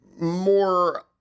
more